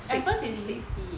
at first it's sixty